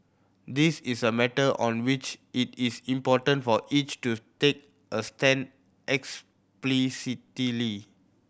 this is a matter on which it is important for each to take a stand explicitly